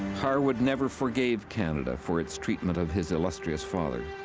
harwood never forgave canada for its treatment of his illustrious father.